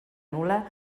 nul·la